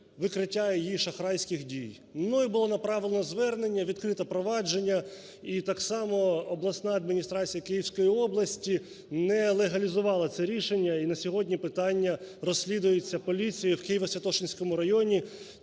викриття її шахрайських дій. Мною було направлене звернення, відкрито провадження. І так само обласна адміністрація Київської області не легалізувала це рішення, і на сьогодні питання розслідується поліцією в Києво-Святошинському районі.